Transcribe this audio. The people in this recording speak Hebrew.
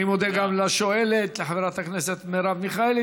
אני מודה גם לשואלת, לחברת הכנסת מרב מיכאלי.